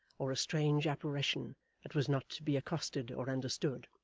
or a strange apparition that was not to be accosted or understood.